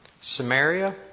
Samaria